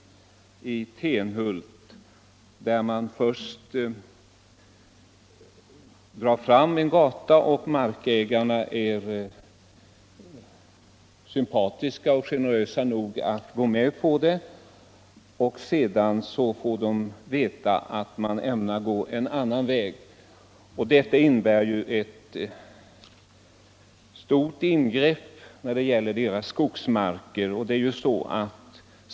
Först drog = gators inverkan på man där fram en gata, vilket markägarna var sympatiska och generösa — naturmiljön nog att gå med på, men sedan fick de veta att man ämnade gå en annan väg. Detta innebar ett stort ingrepp i deras skogsmark.